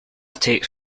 takes